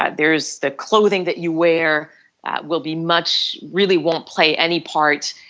ah there is the clothing that you wear will be much really won't play any part.